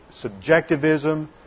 subjectivism